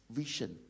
vision